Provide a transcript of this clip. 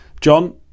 John